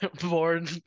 born